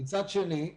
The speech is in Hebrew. מצד שני,